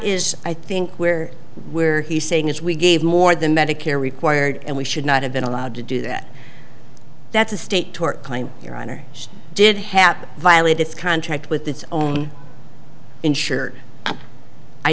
is i think where where he's saying is we gave more than medicare required and we should not have been allowed to do that that's a state tort claim your honor just did happen violate its contract with its own insured i